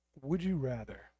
Would-you-rather